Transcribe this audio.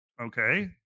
Okay